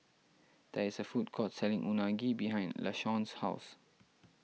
there is a food court selling Unagi behind Lashawn's house